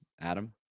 Adam